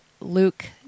Luke